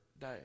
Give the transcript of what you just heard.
day